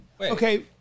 okay